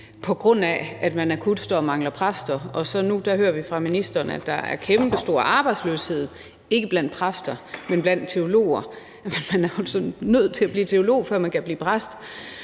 på grund af at man akut står og mangler præster, og så hører vi nu fra ministeren, at der er kæmpestor arbejdsløshed, ikke blandt præster, men blandt teologer. Men man er jo nødt til at blive teolog, før man kan blive præst,